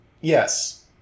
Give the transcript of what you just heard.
Yes